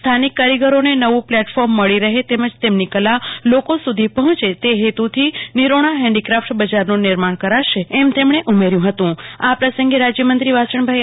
સ્થાનિક કારીગરોને નવુ પ્લેટફોર્મ મળી રહે તેમજ તેમની કલા લોકો સુ ધી પહોંચ તે હેતુ થી નિરોણા હેન્ઠીકાફટ બજારનું નિર્માણ ક્રાશે એમ તેમણું ઉમેર્યું હતું આ પ્રસંગે રાજયમંત્રી